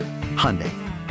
Hyundai